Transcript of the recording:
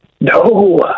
No